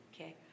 Okay